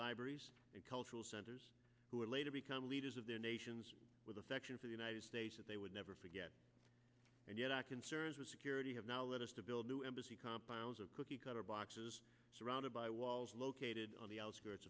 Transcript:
libraries and cultural centers who would later become leaders of their nations with affection for the united states that they would never forget and yet our concerns with security have now let us to build new embassy compounds of cookie cutter boxes surrounded by walls located on the outskirts